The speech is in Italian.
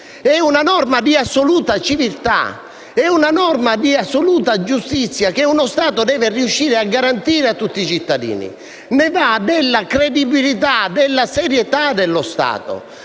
È una norma di assoluta civiltà e di giustizia che uno Stato deve riuscire a garantire a tutti i cittadini; ne va della credibilità e della serietà dello Stato.